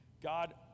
God